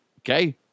Okay